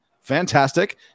Fantastic